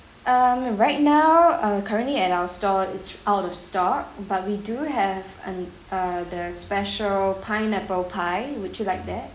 um right now uh currently at our store is out of stock but we do have an uh the special pineapple pie would you like that